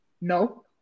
No